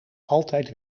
altijd